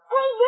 Hey